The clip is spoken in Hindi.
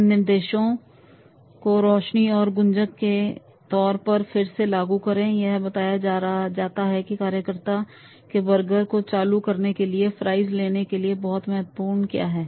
इन निर्देशों को रोशनी और गुंजक के रूप में फिर से लागू करें यह बताया जाता है कि कार्यकर्ता के बर्गर को चालू करने के लिए या फ्राइज़ लेने के लिए बहुत महत्वपूर्ण क्या है